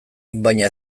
baina